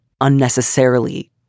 unnecessarily